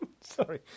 Sorry